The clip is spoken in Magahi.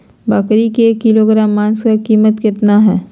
बकरी के एक किलोग्राम मांस का कीमत कितना है?